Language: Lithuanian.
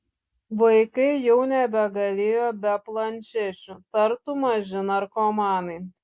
vaikai jau nebegalėjo be planšečių tartum maži narkomanai